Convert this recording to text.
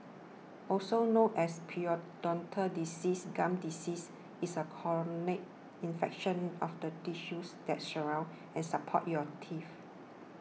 also known as periodontal disease gum disease is a chronic infection of the tissues that surround and support your teeth